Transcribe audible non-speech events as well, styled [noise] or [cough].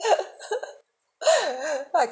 [laughs] why